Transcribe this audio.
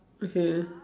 okay